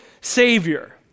Savior